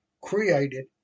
created